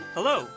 Hello